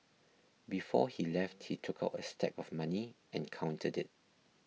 before he left he took out a stack of money and counted it